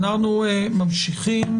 אנו ממשיכים